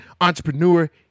entrepreneur